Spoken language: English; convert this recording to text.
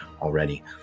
already